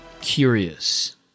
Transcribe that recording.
curious